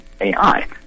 AI